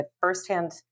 firsthand